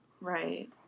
Right